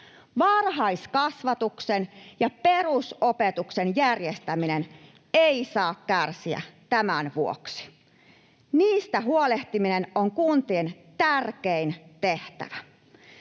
Varhaiskasvatuksen ja perusopetuksen järjestäminen ei saa kärsiä tämän vuoksi. Niistä huolehtiminen on kuntien tärkein tehtävä.